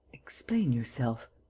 explain yourself.